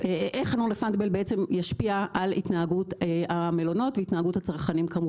איך non-refundable ישפיע על התנהגות המלונות והתנהגות הצרכנים.